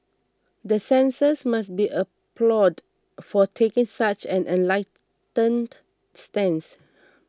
the censors must be applauded for taking such an enlightened stance